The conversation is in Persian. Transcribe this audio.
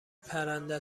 پرنده